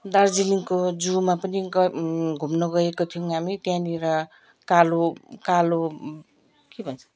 दार्जिलिङको जूमा पनि ग घुम्न गएका थियौँ हामी त्यहाँनिर कालो कालो के भन्छ